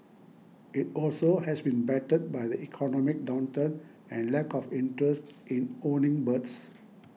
it also has been battered by the economic downturn and lack of interest in owning birds